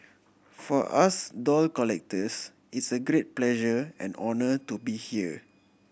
for us doll collectors it's a great pleasure and honour to be here